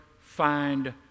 find